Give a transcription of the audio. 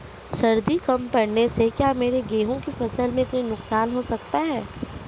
सर्दी कम पड़ने से क्या मेरे गेहूँ की फसल में कोई नुकसान हो सकता है?